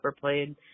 played